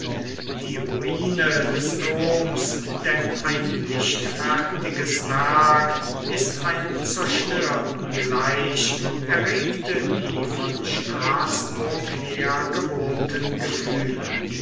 die ruine des doms denn ein nichtfertiges werk ist einem zerstörten gleich erregte die von straßburg her gewohnten gefühle